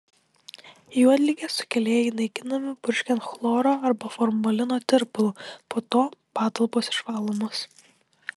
juodligės sukėlėjai naikinami purškiant chloro arba formalino tirpalu po to patalpos išvalomos